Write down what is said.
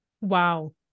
Wow